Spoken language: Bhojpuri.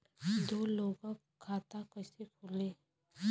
दो लोगक खाता कइसे खुल्ला?